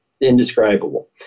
indescribable